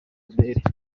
albert